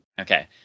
Okay